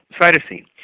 cytosine